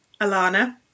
Alana